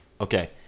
Okay